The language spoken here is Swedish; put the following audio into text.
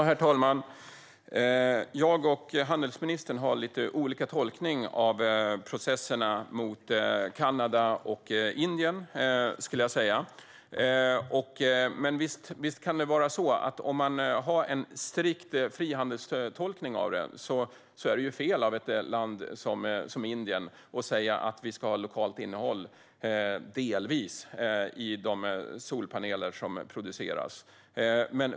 Herr talman! Jag och handelsministern har lite olika tolkning av processerna mot Kanada och Indien. Visst kan det vara så att vid en strikt frihandelstolkning så är det fel av ett land som Indien att säga att de ska ha delvis lokalt innehåll i de solpaneler som produceras.